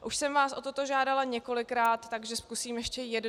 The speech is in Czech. Už jsem vás o toto žádala několikrát, takže zkusím ještě jednou.